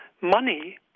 money